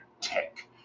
Tech